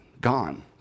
gone